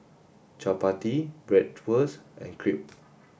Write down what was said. Chapati Bratwurst and Crepe